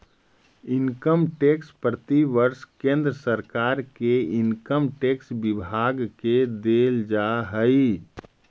income tax प्रतिवर्ष केंद्र सरकार के इनकम टैक्स विभाग के देल जा हई